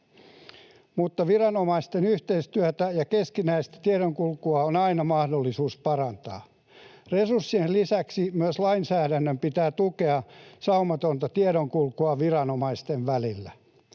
mutta viranomaisten yhteistyötä ja keskinäistä tiedonkulkua on aina mahdollisuus parantaa. Resurssien lisäksi myös lainsäädännön pitää tukea saumatonta tiedonkulkua viranomaisten välillä.